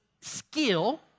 skill